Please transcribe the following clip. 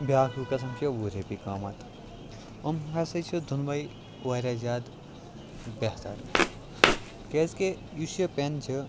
بیٛاکھ ہیو قسم چھِ وُہ رۄپیہِ قۭمَتھ یِم ہَسا چھِ دۄنوَے واریاہ زیادٕ بہتر کیٛازِکہِ یُس یہِ پٮ۪ن چھُ